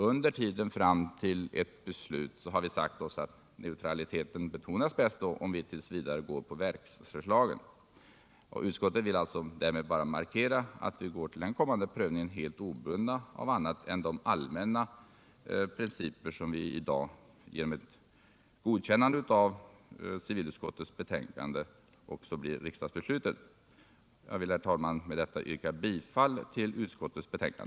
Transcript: Under tiden fram till ett beslut har vi sagt oss att neutraliteten betonas bäst om vi t. v. går på verksförslaget. Utskottet vill alltså därmed bara markera att vi går till den kommande prövningen helt obundna av annat än de allmänna principer som genom ett godkännande av civilutskottets betänkande blir riksdagens beslut. Herr talman! Jag yrkar bifall till utskottets hemställan.